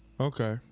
Okay